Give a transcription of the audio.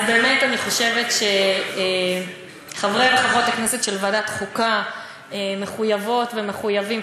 אז באמת אני חושבת שחברי וחברות הכנסת של ועדת החוקה מחויבות ומחויבים,